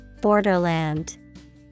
Borderland